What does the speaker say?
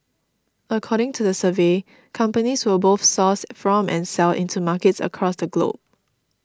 according to the survey companies will both source from and sell into markets across the globe